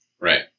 Right